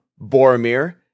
Boromir